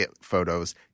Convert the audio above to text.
photos